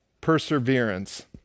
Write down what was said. perseverance